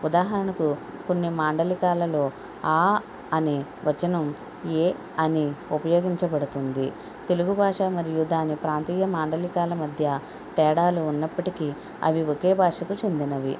ఉదాహరణకు కొన్ని మాండలికాలలో ఆ అనే వచనం ఏ అని ఉపయోగించబడుతుంది తెలుగు భాష మరియు దాని ప్రాంతీయ మాండలికాల మధ్య తేడాలు ఉన్నప్పటికి అవి ఒకే భాషకు చెందినవి